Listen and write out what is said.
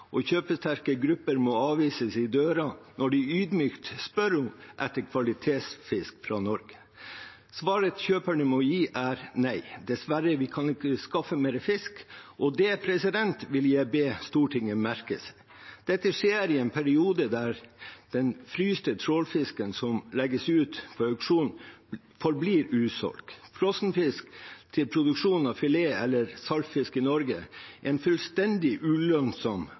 og kjøpesterke grupper må avvises i døren når de ydmykt spør etter kvalitetsfisk fra Norge. Svaret kjøperne må gi, er nei, de kan dessverre ikke skaffe mer fisk. Dette vil jeg be Stortinget merke seg. Dette skjer i en periode hvor den frosne trålfisken som legges ut på auksjon, forblir usolgt. Frossen fisk til produksjon av filet eller saltfisk i Norge er en fullstendig ulønnsom